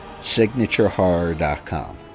SignatureHorror.com